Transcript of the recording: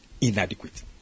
inadequate